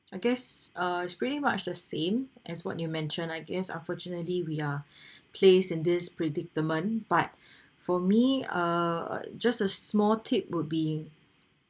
I guess uh it's pretty much the same as what you mentioned I guess unfortunately we are placed in this predicament but for me uh just a small tip would be